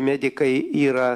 medikai yra